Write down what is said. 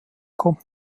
kommt